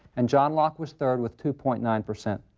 and john locke was third with two point nine percent.